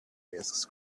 risks